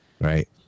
right